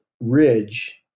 ridge